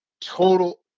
total